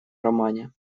романе